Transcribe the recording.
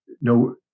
no